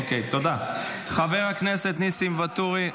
חבר הכנסת ניסים ואטורי,